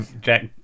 Jack